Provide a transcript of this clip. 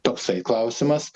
toksai klausimas